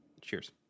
Cheers